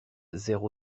zéro